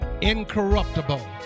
incorruptible